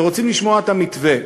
ורוצים לשמוע את המתווה.